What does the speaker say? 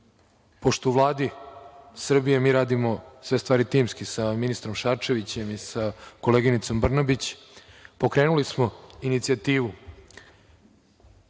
Pošto u Vladi Srbije mi radimo sve stvari timski, sa ministrom Šarčevićem i sa koleginicom Brnabić, pokrenuli smo inicijativu